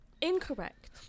Incorrect